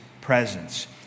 presence